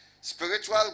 spiritual